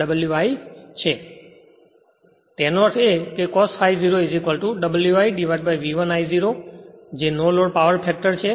તેનો અર્થ એ કે cos ∅ 0 W iV1 I0 છે જે નો લોડ પાવર ફેક્ટર છે